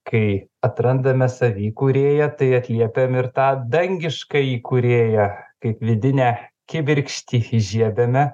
kai atrandame savyj kūrėją tai atliepiam ir tą dangiškąjį kūrėją kaip vidinę kibirkštį įžiebiame